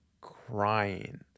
crying